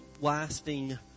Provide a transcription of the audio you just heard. lasting